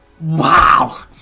Wow